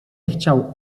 chciał